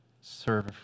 serve